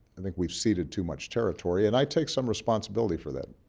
i think we've ceded too much territory. and i take some responsibility for that.